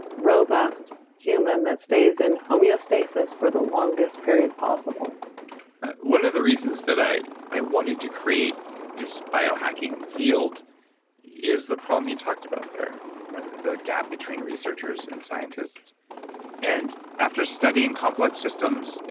robust human that stays in homeostasis for the longest period possible one of the reasons that i i wanted to create this biohacking field is the problem you talked about there the gap between researchers and scientists. and after studying complex systems,